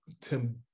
Tim